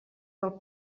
del